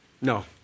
No